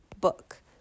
book